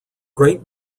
great